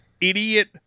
idiot